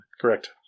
Correct